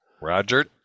Roger